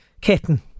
kitten